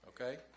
Okay